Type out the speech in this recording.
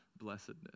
Blessedness